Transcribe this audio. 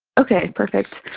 okay, perfect.